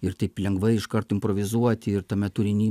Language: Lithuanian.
ir taip lengvai iškart improvizuoti ir tame turiny